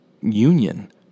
union